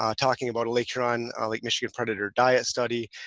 um talking about lake huron, ah lake michigan predator diet study,